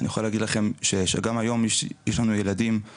אני יכול להגיד לכם שגם היום יש לנו תלמידים